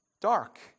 dark